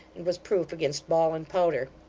and was proof against ball and powder.